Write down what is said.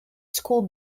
school